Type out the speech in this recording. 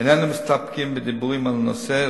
איננו מסתפקים בדיבורים על הנושא אלא